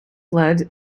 led